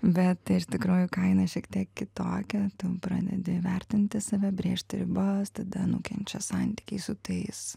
bet tai ir tikroji kaina šiek tiek kitokia tu pradedi vertinti save brėžti ribas tada nukenčia santykiai su tais